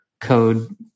code